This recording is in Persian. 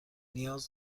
نیاز